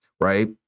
right